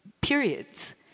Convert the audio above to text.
periods